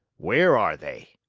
where are they?